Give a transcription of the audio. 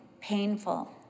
painful